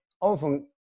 often